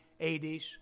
80s